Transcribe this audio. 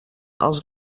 als